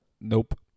Nope